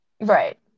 Right